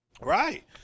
Right